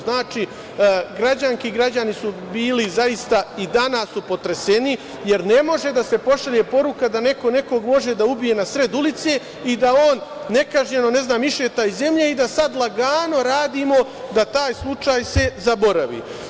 Znači, građanke i građani su bili zaista, i danas su potreseni, jer ne može da se pošalje poruka da neko nekog može da ubije na sred ulice i da on nekažnjeno išeta iz zemlje i da sad lagano radimo da se taj slučaj zaboravi.